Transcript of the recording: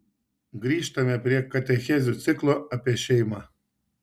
grįžtame prie katechezių ciklo apie šeimą